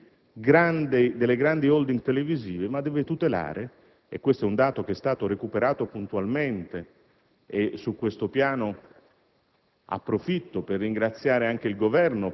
i diritti di cronaca delle grandi *holding* televisive, ma anche, e questo è un dato che è stato recuperato puntualmente (ne approfitto